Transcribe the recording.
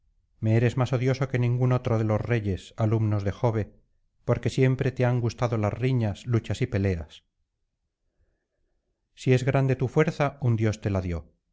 me eres más odioso que ningún otro de los reyes alumnos de jove porque siempre te han gustado las riñas luchas y peleas si es grande tu fuerza un dios te la dio